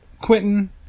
Quentin